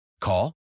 Call